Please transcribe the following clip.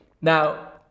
Now